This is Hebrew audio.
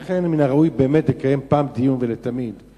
לכן, מן הראוי באמת לקיים אחת ולתמיד דיון: